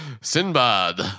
Sinbad